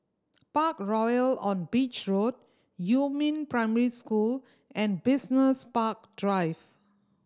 Parkroyal on Beach Road Yumin Primary School and Business Park Drive